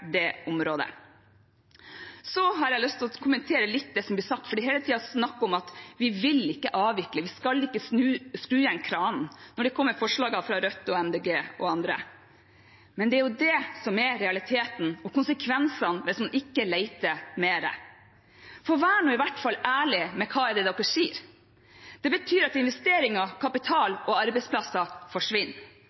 det området. Så har jeg lyst til å kommentere litt det som er blitt sagt, for det er hele tiden snakk om at vi vil ikke avvikle, vi skal ikke skru igjen kranene, når det kommer forslag fra Rødt, Miljøpartiet De Grønne og andre. Men det er jo det som er realiteten og konsekvensene hvis man ikke leter mer. Vær nå iallfall ærlig med hva dere sier. Det betyr at investeringer, kapital og arbeidsplasser forsvinner,